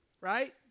right